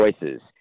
choices